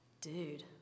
Dude